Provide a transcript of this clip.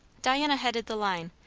diana headed the line,